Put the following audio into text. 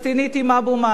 עם אבו מאזן.